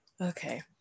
okay